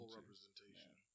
representation